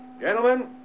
Gentlemen